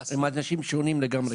טראומטיים הם אנשים שונים לגמרי.